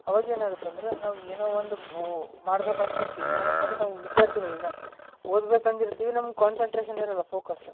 ಆವಾಗ ಏನಾಗುತ್ತಂದ್ರೆ ನಾವು ಏನೊ ಒಂದು ಊ ಮಾಡ್ಬೇಕಂತ ಇರ್ತೀವಿ ಏನಪ್ಪ ಅಂದರೆ ನಾವು ವಿದ್ಯಾರ್ಥಿಗಳೀಗ ಓದ್ಬೇಕಂದು ಇರ್ತೀವಿ ನಮ್ಮ ಕಾನ್ಸನ್ಟ್ರೇಶನ್ ಇರಲ್ಲ ಫೋಕಸ್